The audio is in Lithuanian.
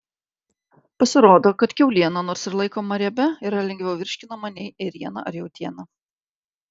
pasirodo kad kiauliena nors ir laikoma riebia yra lengviau virškinama nei ėriena ar jautiena